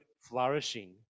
flourishing